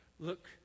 Look